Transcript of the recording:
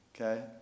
Okay